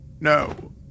No